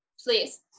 please